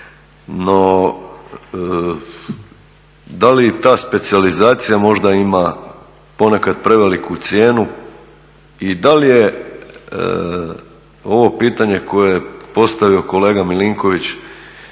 No, da li ta specijalizacija možda ima ponekad preveliku cijenu i da li je ovo pitanje koje je postavio kolega Milinković,